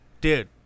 Dude